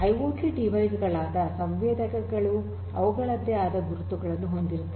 IoT device ಗಳಾದ ಸಂವೇದಕಗಳು ಅವುಗಳದ್ದೇ ಆದ ಗುರುತುಗಳನ್ನು ಹೊಂದಿರುತ್ತವೆ